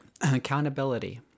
accountability